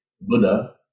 Buddha